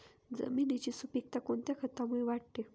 जमिनीची सुपिकता कोणत्या खतामुळे वाढते?